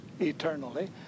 eternally